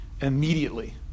immediately